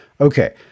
Okay